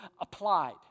applied